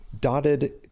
dotted